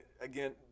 Again –